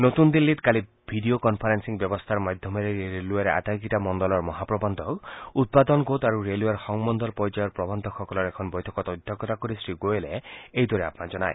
নতুন দিল্লীত কালি ভিডিঅ কনফাৰেপিং ব্যৱস্থাৰ মাধ্যমেৰে ৰেলৱেৰ আটাইকেইটা মণ্ডলৰ মহাপ্ৰবন্ধক উৎপাদন গোট আৰু ৰেলৱেৰ সংমণ্ডল পৰ্যায়ৰ প্ৰবন্ধকসকলৰ এখন বৈঠকত অধ্যক্ষতা কৰি শ্ৰীগোৱেলে এইদৰে আহান জনায়